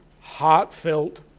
heartfelt